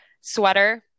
sweater